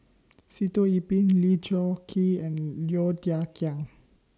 Sitoh Yih Pin Lee Choon Kee and Low Thia Khiang